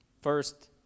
First